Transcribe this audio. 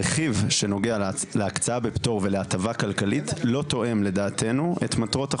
הרכיב שנוגע להקצאה בפטור ולהטבה כלכלית לא תואם לדעתנו את מטרות החוק.